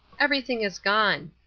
everything is gone.